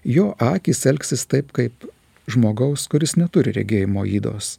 jo akys elgsis taip kaip žmogaus kuris neturi regėjimo ydos